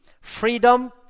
freedom